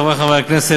חברי חברי הכנסת,